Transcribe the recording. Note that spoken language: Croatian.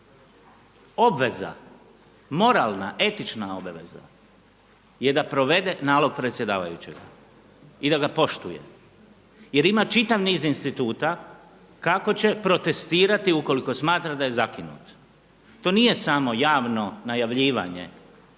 obveza moralna, etična obaveza je da provede nalog predsjedavajućega i da ga poštuje jer ima čitav niz instituta kako će protestirati ukoliko smatra da je zakinut. To nije samo javno najavljivanje